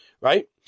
Right